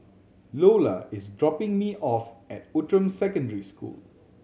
Loula is dropping me off at Outram Secondary School